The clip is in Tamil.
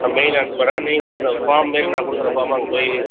மெயில் அனுப்புறேன் நீங்கள் அந்த ஃபார்ம்மாரி நான் கொடுக்குற ஃபார்மை அங்கே போய்